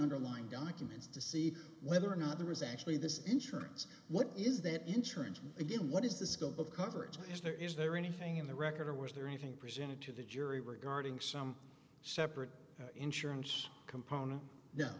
underlying documents to see whether or not the recession this insurance what is that insurance again what is the scope of coverage is there is there anything in the record or was there anything presented to the jury regarding some separate insurance component no